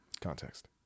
Context